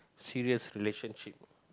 serious relationship